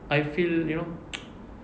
I feel you know